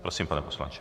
Prosím, pane poslanče.